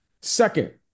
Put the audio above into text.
Second